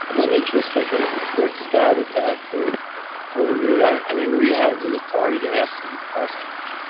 let me just take a quick stab at that for overview. i mean we have the authority to ask them questions.